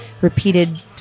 repeated